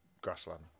grassland